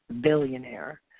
Billionaire